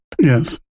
yes